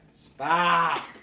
Stop